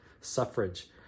suffrage